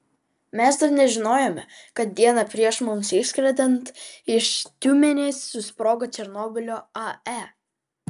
mes dar nežinojome kad dieną prieš mums išskrendant iš tiumenės susprogo černobylio ae